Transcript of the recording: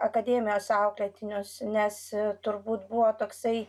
akademijos auklėtinius nes turbūt buvo toksai